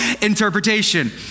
interpretation